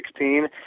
2016